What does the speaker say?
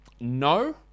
No